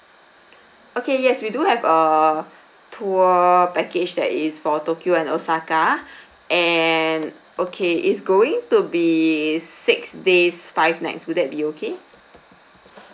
okay yes we do have a tour package that is for tokyo and osaka and okay is going to be six days five nights would that be okay